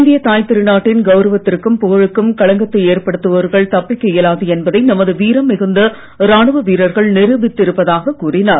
இந்திய தாய் திருநாட்டின் கவுரவத்திற்கும் புகழுக்கும் களங்கத்தை ஏற்படுத்துபவர்கள் தப்பிக்க இயலாது என்பதை நமது வீரம் மிகுந்த ராணுவ வீரர்கள் நிரூபித்து இருப்பதாக கூறினார்